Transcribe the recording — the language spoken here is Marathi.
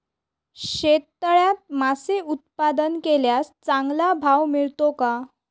शेततळ्यात मासे उत्पादन केल्यास चांगला भाव मिळतो का?